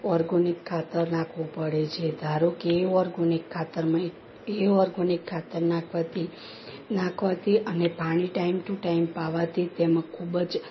organic ખાતર નાખવો પડે છે ધારો કે એ ઓર્ગોનિક ખાતર મેં એ ઓર્ગોનિક ખાતર નાખવાથી નાખવાથી અને પાણી ટાઈમ ટુ ટાઈમ પાવાથી તેમાં ખૂબ જ